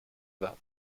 edad